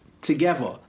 together